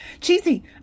cheesy